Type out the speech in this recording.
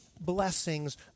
blessings